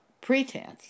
pretense